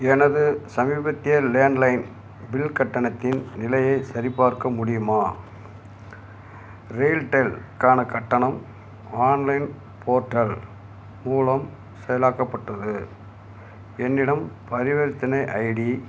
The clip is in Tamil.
எனது சமீபத்திய லேண்ட்லைன் பில் கட்டணத்தின் நிலையைச் சரிபார்க்க முடியுமா ரெயில்டெல்க்கான கட்டணம் ஆன்லைன் போர்டல் மூலம் செயலாக்கப்பட்டது என்னிடம் பரிவர்த்தனை ஐடி